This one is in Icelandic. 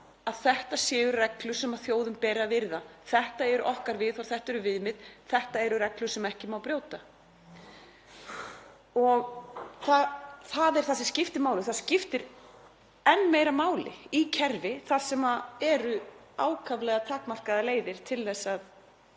að þetta séu reglur sem þjóðum beri að virða. Þetta er okkar viðhorf, þetta eru okkar viðmið, þetta eru reglur sem ekki má brjóta. Það er það sem skiptir máli og það skiptir enn meira máli í kerfi þar sem eru ákaflega takmarkaðar leiðir til þess að